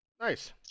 Nice